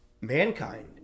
Mankind